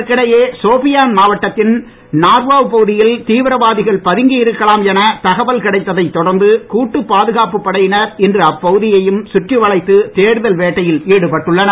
இதற்கிடையே சோபியான் மாவட்டத்தின் நார்வாவ் பகுதியில் தீவிரவாதிகள் பதுங்கி இருக்கலாம் என தகவல் கிடைத்ததத் தொடர்ந்து கூட்டுப் பாதுகாப்பு படையினர் இன்று அப்பகுதியையும் சுற்றி வளைத்து தேடுதல் வேட்டையில் ஈடுபட்டுள்ளனர்